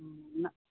ना